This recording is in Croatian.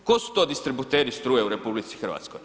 Tko su to distributeri struje u RH?